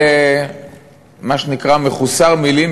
מה שנקרא "מחוסר מילים",